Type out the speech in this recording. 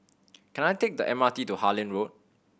can I take the M R T to Harlyn Road